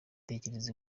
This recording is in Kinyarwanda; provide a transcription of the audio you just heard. tekereza